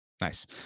nice